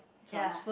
ya